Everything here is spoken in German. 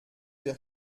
wir